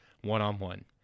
one-on-one